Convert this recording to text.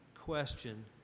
question